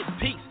peace